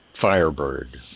firebird